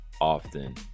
often